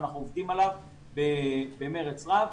אנחנו עובדים עליו במרץ רב.